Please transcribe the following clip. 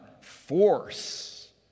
force